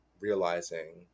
realizing